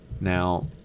Now